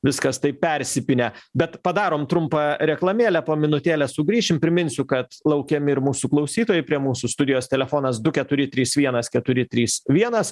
viskas taip persipynę bet padarom trumpą reklamėlę po minutėlės sugrįšim priminsiu kad laukiami ir mūsų klausytojai prie mūsų studijos telefonas du keturi trys vienas keturi trys vienas